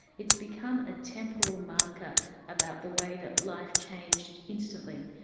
it's become a temporal marker about the way that life changed instantly.